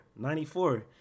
94